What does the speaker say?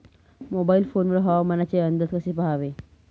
Mobile phone वर हवामानाचे अंदाज कसे पहावे?